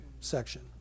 section